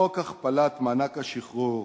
חוק הכפלת מענק השחרור